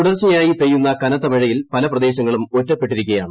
തുടർച്ചയായി പെയ്യുന്ന കനത്ത മഴയിൽ പല പ്രദേശങ്ങളും ഒറ്റപ്പെട്ടിരിക്കുകയാണ്